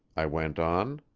i went on,